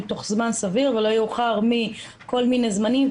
תוך זמן סביר ולא יאוחר מכל מיני זמנים.